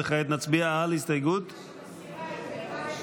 וכעת נצביע על הסתייגות, אני מסירה את,